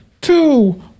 two